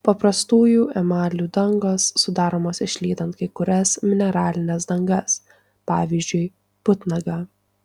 paprastųjų emalių dangos sudaromos išlydant kai kurias mineralines dangas pavyzdžiui putnagą